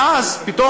ואז פתאום,